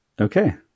Okay